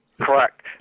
Correct